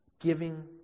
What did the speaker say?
giving